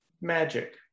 magic